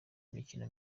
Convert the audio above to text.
imikino